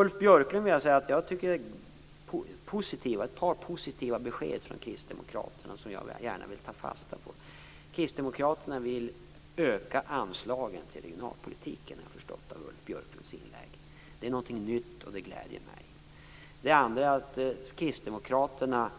Ulf Björklund lämnade ett par positiva besked från kristdemokraterna, som jag gärna vill ta fasta på. Jag har av Ulf Björklunds inlägg förstått att kristdemokraterna vill öka anslagen till regionalpolitiken. Det är någonting nytt, och det gläder mig. Kristdemokraterna